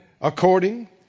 According